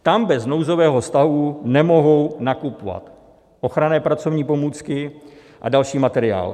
Tam bez nouzového stavu nemohou nakupovat ochranné pracovní pomůcky a další materiál.